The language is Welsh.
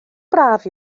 braf